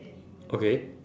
okay